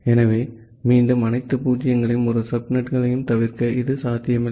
எனவே மீண்டும் அனைத்து பூஜ்ஜியங்களையும் ஒரு சப்நெட்டுகளையும் தவிர்க்க இது சாத்தியமில்லை